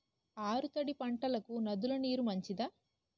ఆరు తడి పంటలకు నదుల నీరు మంచిదా?